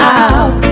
out